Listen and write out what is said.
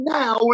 now